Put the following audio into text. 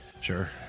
Sure